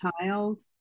child